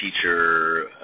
teacher